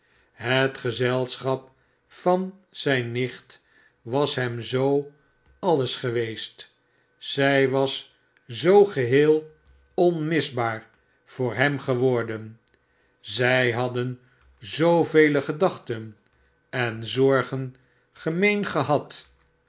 het gezelschap van zijne nicht was hem zoo alles geweest zij was zoo geheel onmisbaai voor hem geworden zij hadden zoovele gedachten en zorgen gemeen gehad